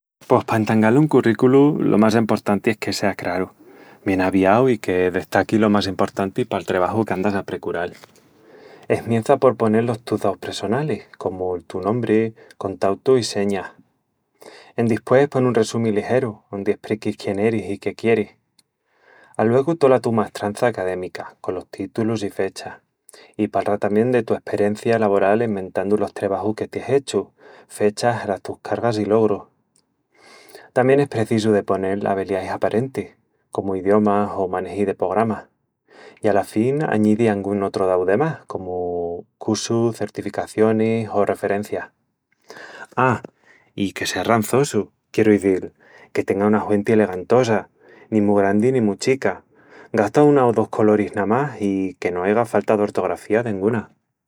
Pos pa entangal un currículu, lo más emportanti es que sea craru, bien aviau i que destaqui lo más emportanti pal trebaju qu'andas a precural. Esmiença por ponel los tus daus pressonalis, comu'l tu nombri, contautu i señas. Endispués, pon un resumi ligeru ondi espriquis quién eris i qué quieris. Aluegu, tola tu maestrança académica, colos títulus i fechas. I palra tamién de tu esperencia lavoral en mentandu los trebajus que tiés hechus, fechas, las tus cargas i logrus. Tamién es precisu de ponel abeliais aparentis, comu idiomas o maneji de pogramas. I ala fin, añidi angún otru dau de más, comu cussus, certificacionis o referencias. Aaa, i que sea rançosu, quieru izil... que tenga una huenti elegantosa, ni mu grandi ni mu chica, gasta una o dos coloris namás i que no aiga falta d'ortografía denguna.